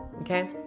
Okay